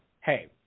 hey